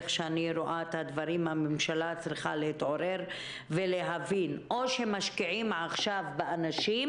הממשלה צריכה להתעורר ולהבין - או שמשקיעים עכשיו באנשים